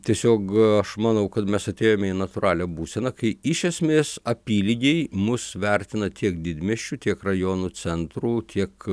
tiesiog aš manau kad mes atėjome į natūralią būseną kai iš esmės apylygiai mus vertina tiek didmiesčių tiek rajonų centrų tiek